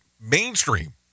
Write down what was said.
mainstream